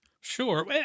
Sure